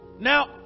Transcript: Now